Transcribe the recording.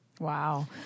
Wow